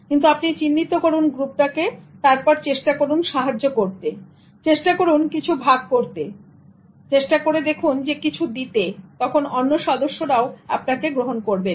কিন্তু আপনি চিহ্নিত করুন গ্রুপটাকে তারপর চেষ্টা করুন সাহায্য করতে চেষ্টা করুন কিছু ভাগ করতে চেষ্টা করুন কিছু দিতে এবং তখন অন্য সদস্যরাও আপনাকে গ্রহণ করবেন